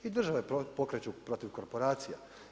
I države pokreću protiv korporacija.